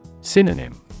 Synonym